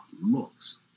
looks